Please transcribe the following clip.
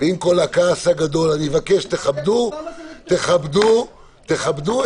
עם כל הכעס הגדול, אני מבקש שתכבדו את בקשתי.